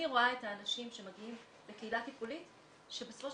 אני רואה את האנשים שמגיעים לקהילה טיפולית שבסופו של